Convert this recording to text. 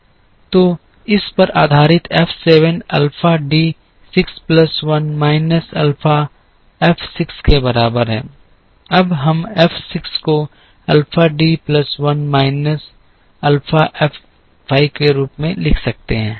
तो इस पर आधारित F 7 alpha D 6 plus 1 minus alpha F 6 के बराबर है अब हम एफ 6 को alpha D 5 plus 1 minus alpha F 5 के रूप में लिख सकते हैं